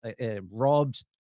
robbed